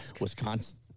Wisconsin –